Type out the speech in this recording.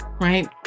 Right